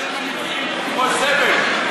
יש שם מתווים כמו זבל,